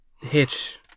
hitch